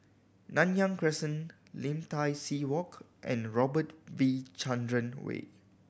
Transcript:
Nanyang Crescent Lim Tai See Walk and Robert V Chandran Way